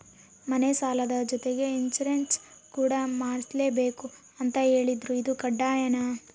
ಮನೆ ಸಾಲದ ಜೊತೆಗೆ ಇನ್ಸುರೆನ್ಸ್ ಕೂಡ ಮಾಡ್ಸಲೇಬೇಕು ಅಂತ ಹೇಳಿದ್ರು ಇದು ಕಡ್ಡಾಯನಾ?